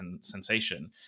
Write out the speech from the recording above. sensation